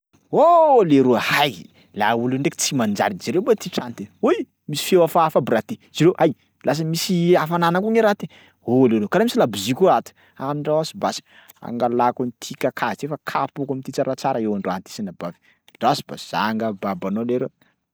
Oh leroa hay! laolo iny ndraiky tsy manjary jereo moa ty trano ty, oy misy feo hafahafa aby raha ty. Jereo, ay! lasa misy hafanana ko ne raha ty. Oh leroa karaha misy labozia koa ato, andraso basy angalako an'ty kakazo ty fa kapohiko am'ty tsaratsara io androany ty sanabavy, ndraso basy za nga babanao leroa.